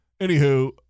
anywho